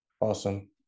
Awesome